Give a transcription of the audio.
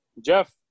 Jeff